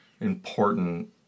important